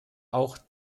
auch